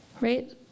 right